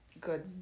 good